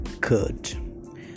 good